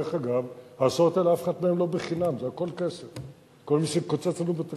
דרך אגב, ההסעות האלה, אף אחת מהן לא בחינם.